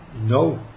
no